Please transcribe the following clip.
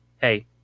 hey